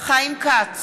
חיים כץ,